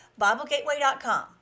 BibleGateway.com